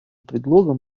предлогом